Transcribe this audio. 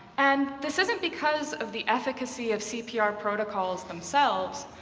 and this isn't because of the efficacy of cpr protocols themselves,